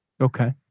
Okay